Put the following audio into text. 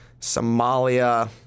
Somalia